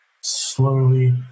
slowly